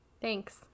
Thanks